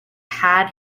had